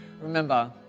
Remember